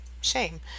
shame